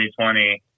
2020